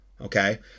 Okay